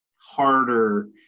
harder